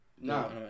No